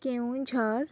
Keonjhar